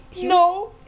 No